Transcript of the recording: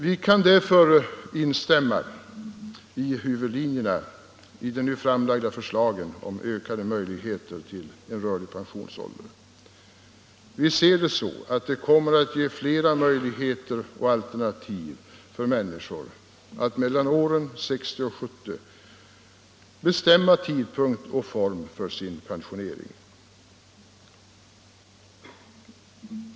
Vi kan därför instämma i huvudlinjerna i de nu framlagda förslagen om ökade möjligheter till en rörlig pensionsålder. Vi ser det så, att det kommer att ge flera möjligheter och alternativ för människor i åldern mellan 60 och 70 att bestämma tidpunkt och form för sin pensionering.